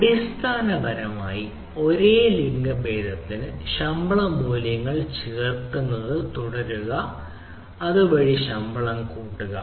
അടിസ്ഥാനപരമായി ഒരേ ലിംഗഭേദത്തിന് ശമ്പള മൂല്യങ്ങൾ ചേർക്കുന്നത് തുടരുക വഴി ശമ്പളം കൂട്ടുക